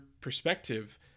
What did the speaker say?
perspective